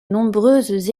nombreuses